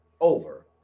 over